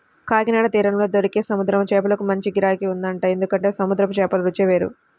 కాకినాడ తీరంలో దొరికే సముద్రం చేపలకు మంచి గిరాకీ ఉంటదంట, ఎందుకంటే సముద్రం చేపల రుచే వేరు